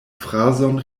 frazon